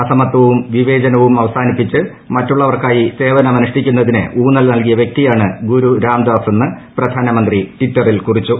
അസമത്വവും വിവേചനവും അവസാനിപ്പിച്ച് മറ്റുള്ളവർക്കായി സേവനമനുഷ്ഠിക്കുന്നതിന് ഊന്നൽ നൽകിയ വ്യക്തിയാണ് ഗുരു രാംദാസെന്ന് പ്രധാനമന്ത്രി ട്വിറ്ററിൽ കുറിച്ചു